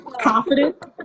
confident